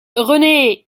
rené